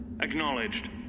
Acknowledged